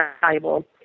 valuable